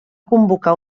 convocar